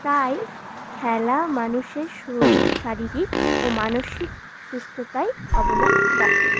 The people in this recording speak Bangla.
তাই খেলা মানুষের শরীর শারীরিক ও মানসিক সুস্থতায় অবদান রাখে